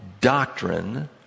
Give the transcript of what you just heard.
doctrine